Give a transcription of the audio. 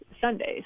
Sundays